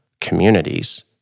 communities